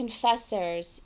confessors